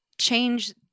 change